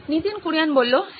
নীতিন কুরিয়ান হ্যাঁ